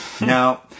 Now